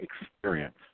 experience